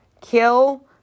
Kill